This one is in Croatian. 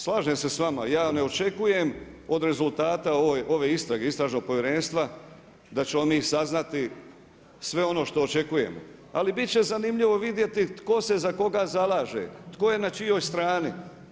Slažem se s vama, ja ne očekujem od rezultata ove istrage, istražnog povjerenstva da ćemo mi saznati sve ono što očekujemo, ali biti će zanimljivo vidjeti tko se za koga zalaže, tko je na čijoj strani.